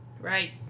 right